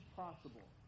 possible